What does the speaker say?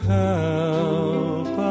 help